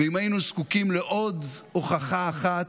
ואם היינו זקוקים לעוד הוכחה אחת,